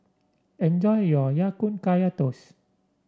enjoy your Ya Kun Kaya Toast